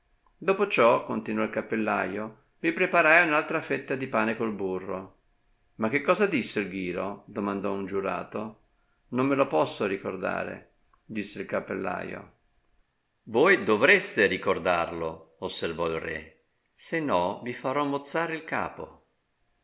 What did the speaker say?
dopo ciò continuò il cappellaio mi preparai un'altra fetta di pane col burro ma che cosa disse il ghiro domandò un giurato non me lo posso ricordare disse il cappellaio voi dovreste ricordarlo osservò il re se no vi farò mozzare il capo